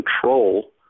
control